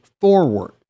forward